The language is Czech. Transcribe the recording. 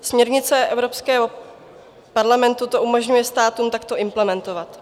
Směrnice Evropského parlamentu to umožňuje státům takto implementovat.